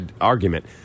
argument